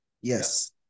Yes